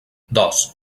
dos